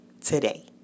today